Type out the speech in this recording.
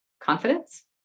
confidence